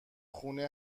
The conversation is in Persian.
خونه